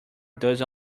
does